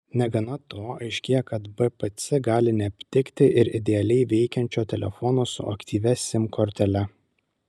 negana to aiškėja kad bpc gali neaptikti ir idealiai veikiančio telefono su aktyvia sim kortele